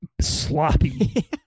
sloppy